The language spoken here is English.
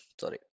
Sorry